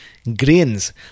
Grains